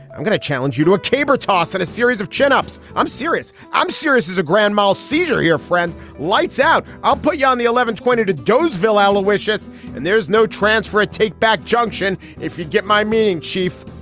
i'm gonna challenge you to a caber toss in and a series of chin ups. i'm serious. i'm serious. as a grand mal seizure, your friend. lights out. i'll put you on the eleven twenty to deauville. allah wishes and there's no transfer a take back junction if you get my meaning. chief,